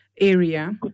area